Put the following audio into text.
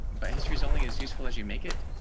but history is only as useful as you make it